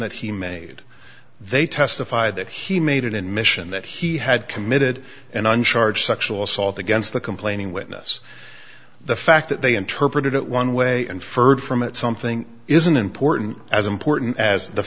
that he made they testify that he made in mission that he had committed and on charge sexual assault against the complaining witness the fact that they interpreted it one way and furred from it something isn't important as important as the